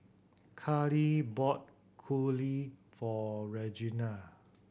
Carli bought for Reginal